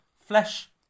flesh